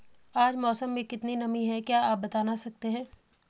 आज मौसम में कितनी नमी है क्या आप बताना सकते हैं?